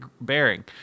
bearing